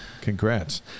Congrats